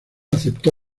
aceptó